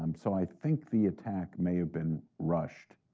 um so i think the attack may have been rushed.